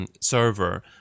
Server